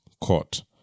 court